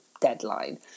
deadline